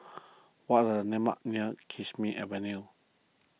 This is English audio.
what are the landmarks near Kismis Avenue